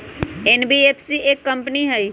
NBFC एक company हई?